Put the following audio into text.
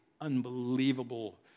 unbelievable